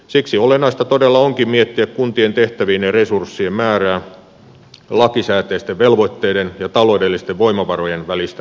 siksi olennaista todella onkin miettiä kuntien tehtävien ja resurssien määrää lakisääteisten velvoitteiden ja taloudellisten voimavarojen välistä epätasapainoa